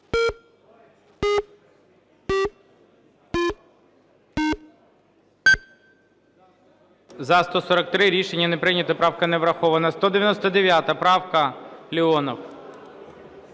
За-143 Рішення не прийнято. Правка не врахована. 199 правка. Леонов.